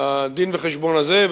הדין-וחשבון הזה,